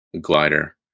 glider